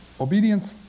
Obedience